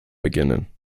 beginnen